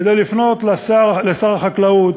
כדי לפנות לשר החקלאות,